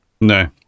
No